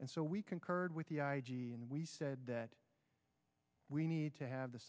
and so we concurred with the we said that we need to have the